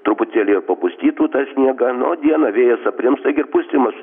truputėlį ir papustytų tą sniegą na o sieną vėjas aprims taigi ir pustymas